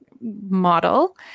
model